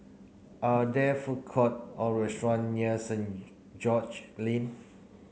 are there food court or restaurant near Saint George Lane